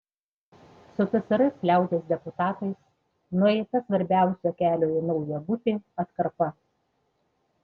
su tsrs liaudies deputatais nueita svarbiausia kelio į naują būtį atkarpa